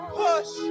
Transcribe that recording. push